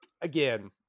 Again